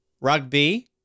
rugby